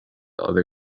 other